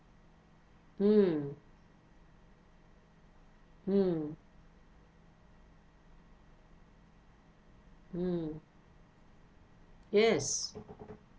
mm mm mm yes